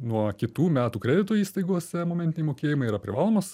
nuo kitų metų kredito įstaigose momentiniai mokėjimai yra privalomas